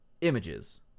images